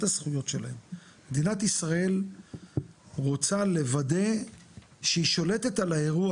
מדינת ישראל רוצה לוודא שהיא שולטת על האירוע.